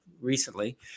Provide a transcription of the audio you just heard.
recently